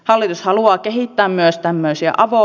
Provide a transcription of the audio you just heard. hallitus haluaa kehittää myös tämmöisiä avo